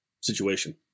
situation